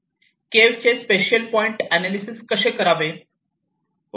cave spatial point analyses कसे करावे